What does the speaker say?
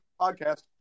podcast